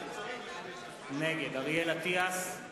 נגד אריאל אטיאס,